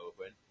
open